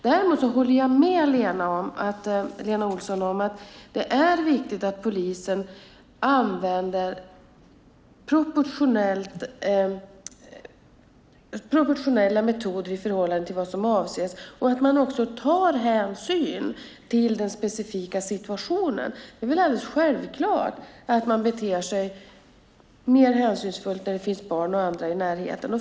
Däremot håller jag med Lena Olsson om att det är viktigt att polisen använder proportionella metoder i förhållande till vad som avses och att man också tar hänsyn till den specifika situationen. Det är väl alldeles självklart att man beter sig mer hänsynsfullt när det finns barn och andra i närheten.